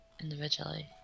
individually